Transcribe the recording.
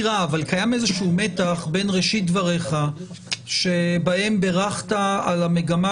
איזה מתח בין ראשית דבריך שבהם בירכת על המגמה